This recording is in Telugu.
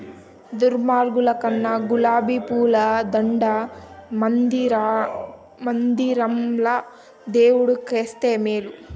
దుర్మార్గుల కన్నా గులాబీ పూల దండ మందిరంల దేవుడు కేస్తే మేలు